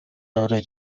орой